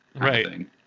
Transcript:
Right